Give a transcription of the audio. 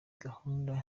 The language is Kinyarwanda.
gahunda